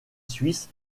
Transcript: suisse